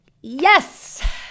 Yes